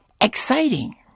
exciting